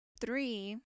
Three